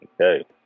Okay